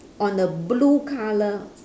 on the blue colour